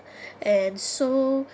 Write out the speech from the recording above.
and so